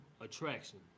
attraction